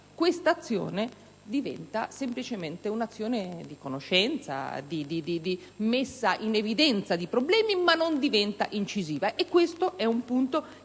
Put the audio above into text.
questa azione diventa semplicemente un'azione di conoscenza, di messa in evidenza di problemi, senza però essere incisiva. Questo è un punto importante,